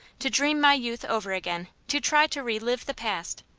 to dream my youth over again, to try to relive the past.